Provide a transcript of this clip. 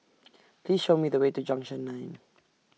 Please Show Me The Way to Junction nine